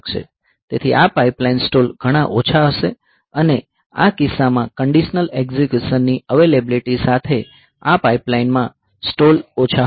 તેથી આ pipeline stall ઘણા ઓછા હશે અને આ કિસ્સામાં કંડીશનલ એકઝીક્યુશનની અવેલેબીલીટી સાથે આ પાઈપલાઈનમાં સ્ટોલ ઓછા હશે